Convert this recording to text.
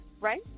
Right